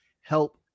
help